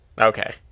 Okay